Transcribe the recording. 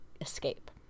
escape